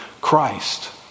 Christ